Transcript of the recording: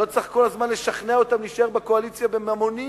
לא צריך כל הזמן לשכנע אותם להישאר בקואליציה בממון,